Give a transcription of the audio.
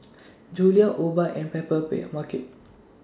Julie's Obike and Paper Market